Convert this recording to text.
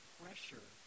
pressure